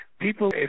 People